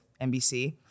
NBC